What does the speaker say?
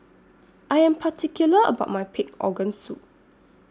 I Am particular about My Pig Organ Soup